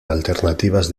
alternativas